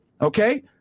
Okay